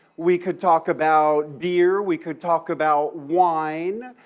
we could talk about beer, we could talk about wine,